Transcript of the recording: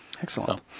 Excellent